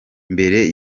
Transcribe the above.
mbere